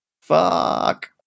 Fuck